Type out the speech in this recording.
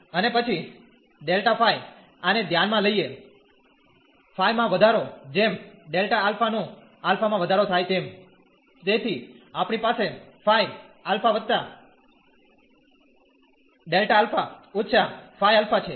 અને પછી ΔΦ આને ધ્યાનમાં લઈને Φ માં વધારો જેમ Δ α નો α માં વધારો થાય તેમ તેથી આપણી પાસે Φ α Δα −Φ α છે